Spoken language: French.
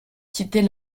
quitter